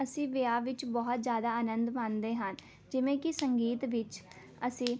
ਅਸੀਂ ਵਿਆਹ ਵਿੱਚ ਬਹੁਤ ਜ਼ਿਆਦਾ ਆਨੰਦ ਮਾਣਦੇ ਹਨ ਜਿਵੇਂ ਕਿ ਸੰਗੀਤ ਵਿੱਚ ਅਸੀਂ